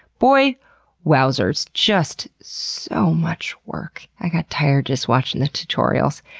boy wowzers. just, so much work. i got tired just watching the tutorials.